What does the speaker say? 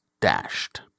dashed